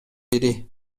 бири